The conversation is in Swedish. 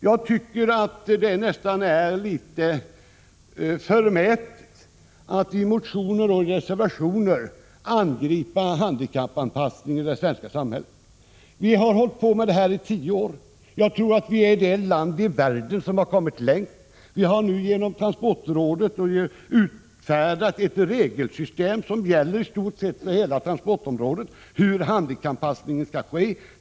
Jag tycker att det nästan är litet förmätet att i motioner och i reservationer angripa handikappanpassningen i det svenska samhället. Vi har arbetat med dennaii tio år. Jag tror att Sverige är det land i världen som har kommit längst. Transportrådet har utfärdat ett regelsystem som gäller i stort sett hela transportområdet för hur handikappanpassningen skall ske.